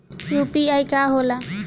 UPI का होला?